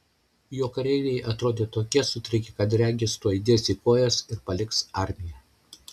jo kareiviai atrodė tokie sutrikę kad regis tuoj dės į kojas ir paliks armiją